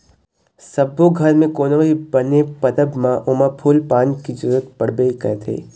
सब्बो घर म कोनो भी बने परब म ओमा फूल पान के जरूरत पड़बे करथे